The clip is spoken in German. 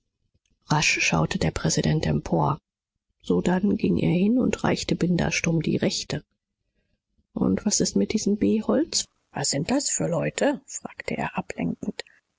rasch schaute der präsident empor sodann ging er hin und reichte binder stumm die rechte und was ist es mit diesen beholds was sind es für leute fragte er ablenkend